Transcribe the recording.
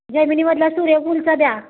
जेमिनीमधला सूर्यफुलचा द्या